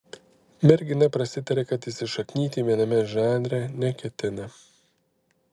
mergina prasitarė kad įsišaknyti viename žanre neketina